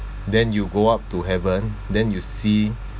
then you go up to heaven then you see